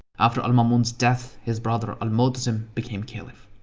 after al-mamun's death, his brother al-mutasim became caliph.